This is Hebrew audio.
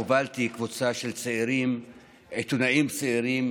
הובלתי קבוצה של עיתונאים צעירים